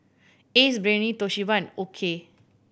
Ace Brainery Toshiba and OKI